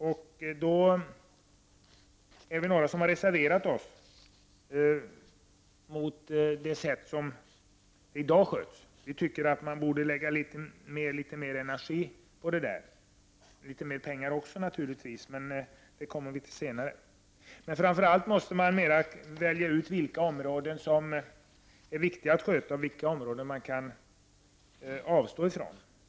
Några av oss har reseverat sig mot det sätt på vilket områdena i dag sköts. Vi tycker att vi borde lägga ner mer energi på det arbetet och naturligtvis avsätta mer pengar — till det kommer vi litet senare. Framför allt måste vi välja ut vilka områden som är viktiga att sköta och vilka områden som kan uteslutas.